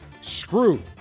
Screw